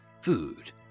food